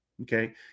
okay